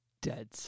Dead